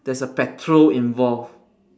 there's a petrol involved